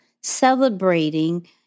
celebrating